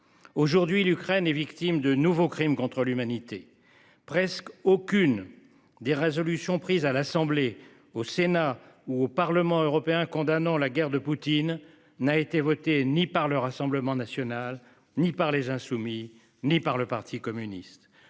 Aujourd'hui, l'Ukraine est victime de nouveaux crimes contre l'humanité, presque aucune des résolutions prises à l'Assemblée, au Sénat ou au parlement européen condamnant la guerre de Poutine n'a été voté ni par le Rassemblement national ni par les insoumis ni par le parti communiste